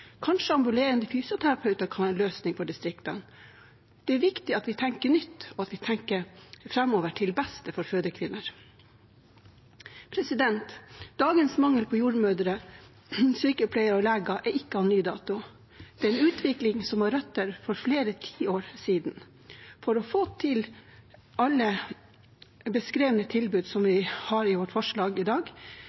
Kanskje kan ambulerende fysioterapeuter være en løsning for distriktene. Det er viktig at vi tenker nytt, og at vi tenker framover, til beste for fødekvinner. Dagens mangel på jordmødre, sykepleiere og leger er ikke av ny dato. Det er en utvikling som har røtter fra flere tiår siden. For å få til alle beskrevne tilbud vi har i vårt forslag i dag,